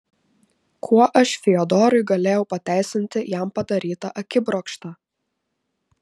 kuo aš fiodorui galėjau pateisinti jam padarytą akibrokštą